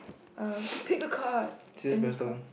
err pick a card any card